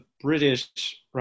British